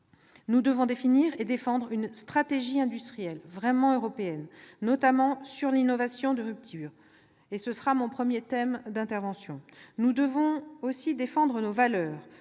Nous devons définir et défendre une stratégie industrielle vraiment européenne, notamment sur l'innovation de rupture ; ce sera le premier thème de mon intervention. Nous devons aussi défendre nos valeurs,